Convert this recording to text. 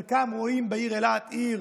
חלקם רואים בעיר אילת עיר